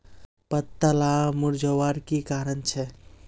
पत्ताला मुरझ्वार की कारण छे?